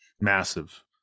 massive